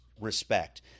respect